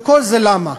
וכל זה למה?